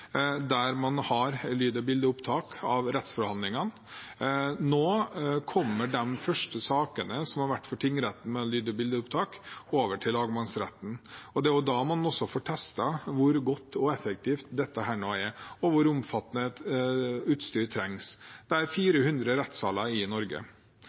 der man har lyd- og bildeopptak av rettsforhandlingene. Nå kommer de første sakene som har vært for tingretten med lyd- og bildeopptak, over til lagmannsretten. Det er da man får testet hvor godt og effektivt dette er, og hvor omfattende utstyr som trengs. Det er 400 rettssaler i Norge.